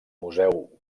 museu